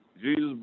Jesus